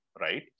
right